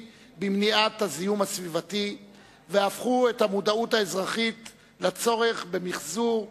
במניעת הזיהום הסביבתי והפכו את המודעות האזרחית לצורך במיחזור,